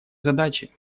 задачей